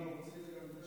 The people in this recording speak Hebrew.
לא.